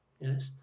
Yes